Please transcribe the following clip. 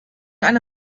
eine